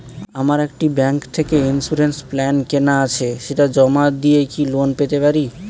আমার একটি ব্যাংক থেকে ইন্সুরেন্স প্ল্যান কেনা আছে সেটা জমা দিয়ে কি লোন পেতে পারি?